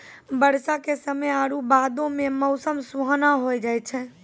बरसा के समय आरु बादो मे मौसम सुहाना होय जाय छै